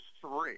three